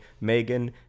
Megan